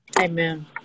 Amen